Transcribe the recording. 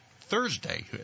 Thursday